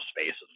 spaces